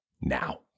now